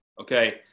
Okay